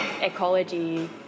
ecology